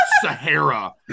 Sahara